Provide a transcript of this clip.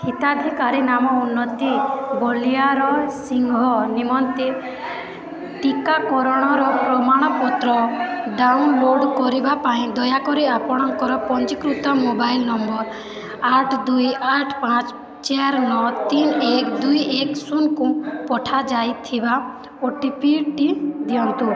ହିତାଧିକାରୀ ନାମ ଉନ୍ନତି ବଳିଆରସିଂହ ନିମନ୍ତେ ଟିକାକରଣର ପ୍ରମାଣପତ୍ର ଡାଉନଲୋଡ଼୍ କରିବା ପାଇଁ ଦୟାକରି ଆପଣଙ୍କର ପଞ୍ଜୀକୃତ ମୋବାଇଲ ନମ୍ବର ଆଠ ଦୁଇ ଆଠ ପାଞ୍ଚ ଚାରି ନଅ ତିନି ଏକ ଦୁଇ ଏକ ଶୂନକୁ ପଠାଯାଇଥିବା ଓଟିପିଟି ଦିଅନ୍ତୁ